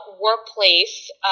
workplace